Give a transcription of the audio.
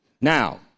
Now